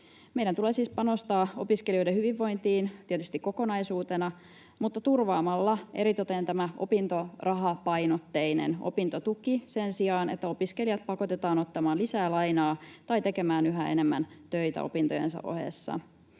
Meidän tulee siis panostaa opiskelijoiden hyvinvointiin tietysti kokonaisuutena mutta turvaamalla eritoten opintorahapainotteinen opintotuki sen sijaan, että opiskelijat pakotetaan ottamaan lisää lainaa tai tekemään yhä enemmän töitä opintojensa ohessa.